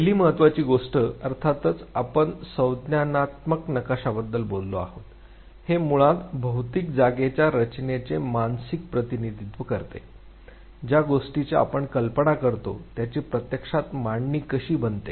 पहिली महत्वाची गोष्ट अर्थातच आपण संज्ञानात्मक नकाशाबद्दल बोललो आहोत हे मुळात भौतिक जागेच्या रचनेचे मानसिक प्रतिनिधित्व करते ज्या गोष्टीची आपण कल्पना करतो त्याची प्रत्यक्षात मांडणी कशी बनते